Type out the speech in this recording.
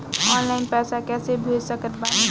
Online पैसा कैसे भेज सकत बानी?